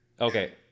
Okay